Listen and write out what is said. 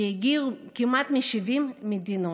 שהגיעו כמעט מ-70 מדינות.